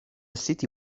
city